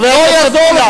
חבר הכנסת מולה.